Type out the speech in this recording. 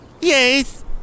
Yes